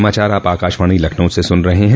यह समाचार आप आकाशवाणी लखनऊ से सुन रहे हैं